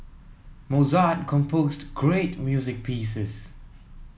Mozart composed great music pieces